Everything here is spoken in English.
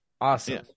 Awesome